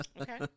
Okay